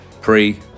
Pre